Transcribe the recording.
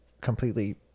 completely